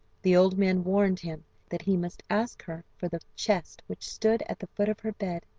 the old men warned him that he must ask her for the chest which stood at the foot of her bed,